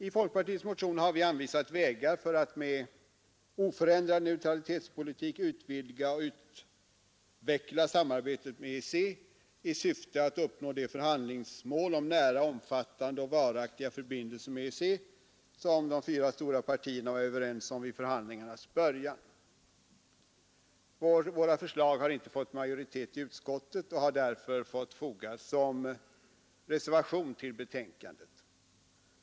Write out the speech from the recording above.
I folkpartiets motion har vi anvisat vägar för att med ofö neutralitetspolitik utvidga och utveckla samarbetet med EEC i syfte att uppnå det förhandlingsmål — nära, omfattande och varaktiga förbindelser med EEC — som de fyra stora partierna var överens om vid förhandlingarnas början. Våra förslag har inte fått majoritet i utskottet och har därför fått fogas som reservation till betänkandet.